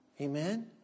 Amen